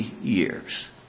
years